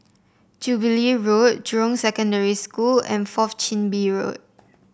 Jubilee Road Jurong Secondary School and Fourth Chin Bee Road